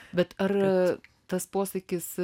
bet ar tas posakis